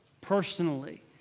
personally